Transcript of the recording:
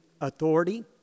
authority